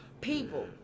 People